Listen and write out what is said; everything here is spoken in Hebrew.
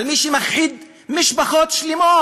על מי שמכחיד משפחות שלמות?